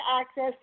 access